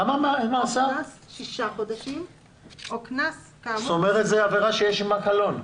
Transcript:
קנס כאמור." מאסר שישה חודשים זה לא עבירה שיש עימה קלון?